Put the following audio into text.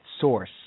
source